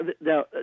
now